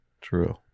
true